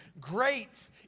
Great